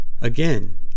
Again